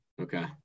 okay